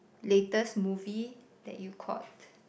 latest movie that you caught